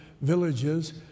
villages